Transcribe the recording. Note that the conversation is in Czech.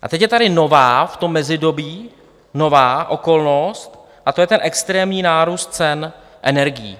A teď je tady nová v tom mezidobí, nová okolnost, a to je ten extrémní nárůst cen energií.